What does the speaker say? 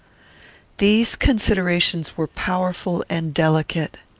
these considerations were powerful and delicate.